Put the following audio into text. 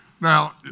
Now